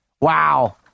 Wow